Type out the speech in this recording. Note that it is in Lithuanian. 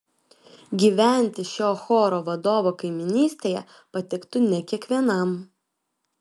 gyventi šio choro vadovo kaimynystėje patiktų ne kiekvienam